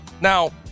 Now